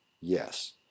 Yes